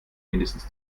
mindestens